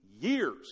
years